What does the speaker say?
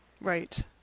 right